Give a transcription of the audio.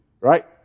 right